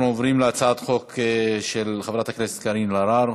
אנחנו עוברים להצעת החוק של חברת הכנסת קארין אלהרר,